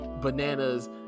bananas